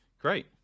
Great